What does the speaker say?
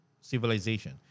civilization